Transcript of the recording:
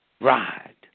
ride